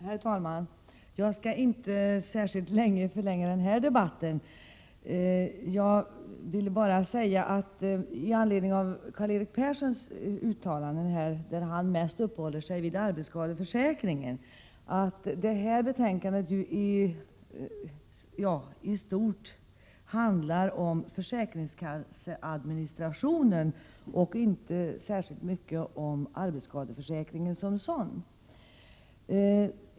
Herr talman! Jag skall inte förlänga den här debatten särskilt mycket. Låt mig med anledning av Karl-Erik Perssons anförande, i vilket han mest uppehöll sig vid arbetsskadeförsäkringen, säga att betänkandet i stort sett handlar om försäkringskasseadministrationen och inte särskilt mycket om arbetsskadeförsäkringen som sådan.